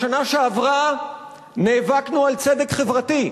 בשנה שעברה נאבקנו על צדק חברתי.